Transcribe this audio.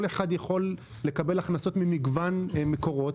כל אחד יכול לקבל הכנסות ממגוון מקורות.